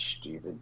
stupid